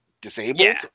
disabled